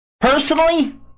Personally